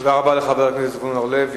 תודה רבה לחבר הכנסת זבולון אורלב.